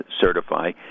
certify